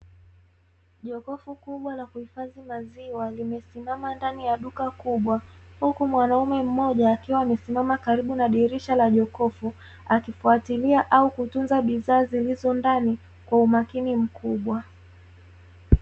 Jokofu kubwa la kuhifadhi maziwa limesimama ndani ya duka kubwa huku mwanamume mmoja akiwa amesimama karibu na dirisha la jokofu, akifuatilia au kutunza bidhaa zilizo ndani kwa umakini mkubwa,